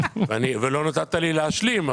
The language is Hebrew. לא נתת לי להשלים,